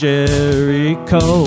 Jericho